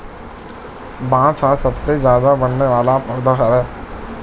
बांस ह सबले जादा बाड़हे वाला पउधा हरय